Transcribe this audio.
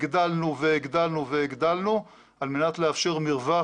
הגדלנו והגדלנו והגדלנו על מנת לאפשר מרווח